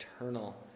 eternal